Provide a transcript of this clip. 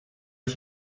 ich